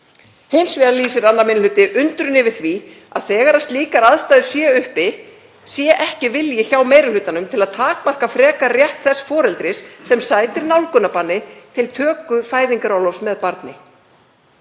Hins vegar lýsir 2. minni hluti undrun yfir því að þegar slíkar aðstæður séu uppi sé ekki vilji hjá meiri hlutanum til að takmarka frekar rétt þess foreldris sem sætir nálgunarbanni til töku fæðingarorlofs með barni.